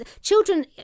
Children